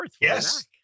yes